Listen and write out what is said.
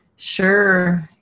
Sure